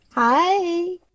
Hi